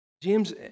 James